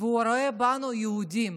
והוא רואה בנו יהודים